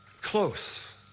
close